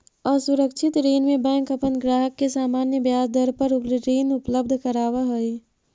असुरक्षित ऋण में बैंक अपन ग्राहक के सामान्य ब्याज दर पर ऋण उपलब्ध करावऽ हइ